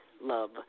love